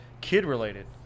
kid-related